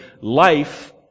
life